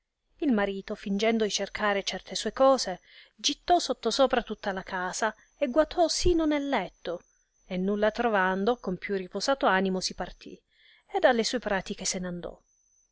il marito fìngendo di cercare certe sue cose gittò sottosopra tutta la casa e guatò sino nel letto e nulla trovando con più riposato animo si partì ed alle sue pratiche se n andò